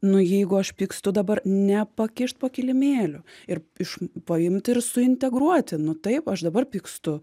nu jeigu aš pykstu dabar nepakišt po kilimėliu ir iš paimti ir suintegruoti nu taip aš dabar pykstu